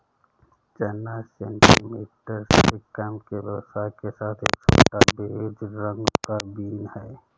चना सेंटीमीटर से कम के व्यास के साथ एक छोटा, बेज रंग का बीन है